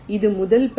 இது முதல் படி